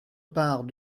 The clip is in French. part